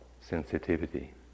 sensitivity